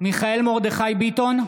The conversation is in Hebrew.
מיכאל מרדכי ביטון,